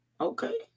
Okay